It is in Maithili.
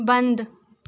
बन्द